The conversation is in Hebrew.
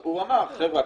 הוא אמר: חבר'ה,